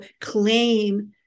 claim